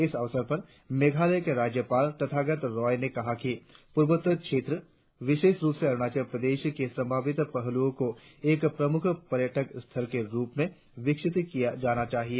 इस अवसर पर मेघालय के राज्यपाल तथागत रोय ने कहा कि पूर्वोत्तर क्षेत्र विशेष रुप से अरुणाचल प्रदेश के संभावित पहलुओं को एक प्रमुख पर्यटन स्थल के रुप में विकसित किया जाना चाहिए